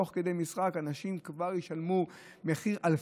תוך כדי משחק אנשים כבר ישלמו אלפי